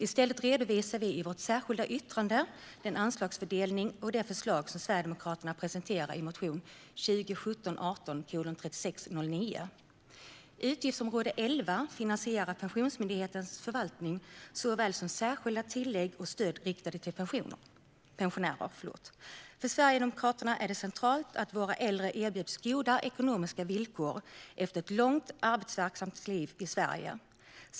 I stället redovisar vi i vårt särskilda yttrande den anslagsfördelning och de förslag som Sverigedemokraterna presenterar i motion 2017/18:3609. Utgiftsområde 11 finansierar Pensionsmyndighetens förvaltning såväl som särskilda tillägg och stöd riktade till pensionärer. För Sverigedemokraterna är det centralt att våra äldre erbjuds goda ekonomiska villkor efter ett långt, arbetsverksamt liv i Sverige.